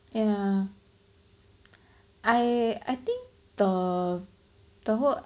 yeah I I think the the whole